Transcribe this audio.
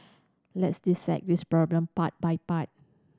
let's dissect this problem part by part